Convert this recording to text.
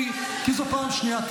כי זו פעם שנייה.